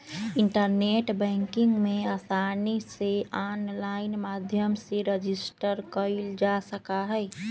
internet banking में आसानी से आनलाइन माध्यम से रजिस्टर कइल जा सका हई